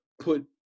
put